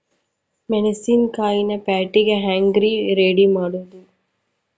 ಮೆಣಸಿನಕಾಯಿನ ಪ್ಯಾಟಿಗೆ ಹ್ಯಾಂಗ್ ರೇ ರೆಡಿಮಾಡೋದು?